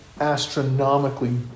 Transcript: astronomically